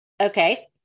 Okay